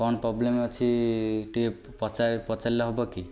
କ'ଣ ପ୍ରୋବ୍ଲେମ୍ ଅଛି ଟିକେ ପଚାରିଲେ ହେବ କି